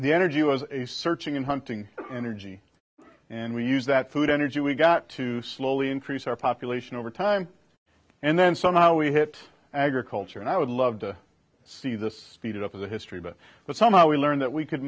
the energy was a searching and hunting energy and we use that food energy we got to slowly increase our population over time and then somehow we hit agriculture and i would love to see the speeded up of the history but but somehow we learned that we could